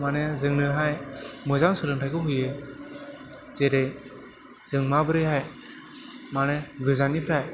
माने जोंनोहाय मोजां सोलोंथाइखौ होयो जेरै जों माबोरैहाय माने गोजाननिफ्राय